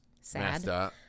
Sad